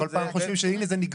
כל פעם אנחנו חושבים שזה נגמר.